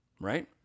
right